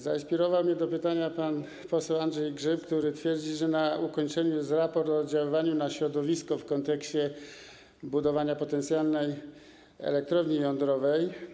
Zainspirował mnie do pytania pan poseł Andrzej Grzyb, który twierdzi, że na ukończeniu jest raport o oddziaływaniu na środowisko w kontekście budowania potencjalnej elektrowni jądrowej.